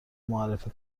معرفی